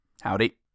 Howdy